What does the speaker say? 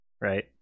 Right